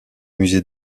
musée